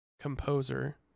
composer